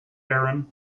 aaron